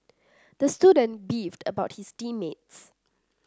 the student beefed about his team mates